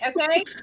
Okay